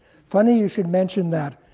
funny you should mention that.